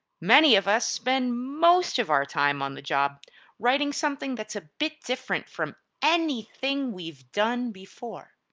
many of us spend most of our time on the job writing something that's a bit different from anything we've done before.